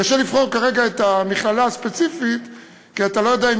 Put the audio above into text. קשה לבחור כרגע את המכללה הספציפית כי אתה לא יודע אם